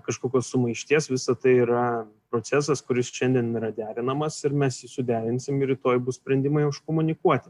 kažkokios sumaišties visa tai yra procesas kuris šiandien yra derinamas ir mes suderinsim ir rytoj bus sprendimai iškomunikuoti